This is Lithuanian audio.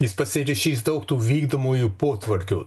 jis pasirašys daug tų vykdomųjų potvarkių